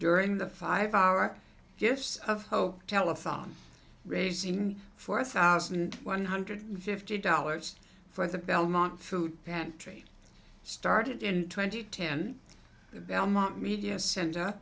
during the five hour shifts of hope telephone regime four thousand one hundred fifty dollars for the belmont food pantry started in twenty ten the belmont media center